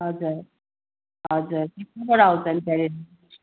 हजुर हजुर कहाँ कहाँबाट आउँछ पनि त्यहाँनेरि